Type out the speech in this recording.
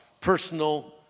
Personal